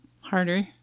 harder